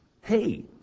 hey